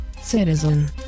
citizen